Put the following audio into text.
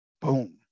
boom